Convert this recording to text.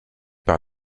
par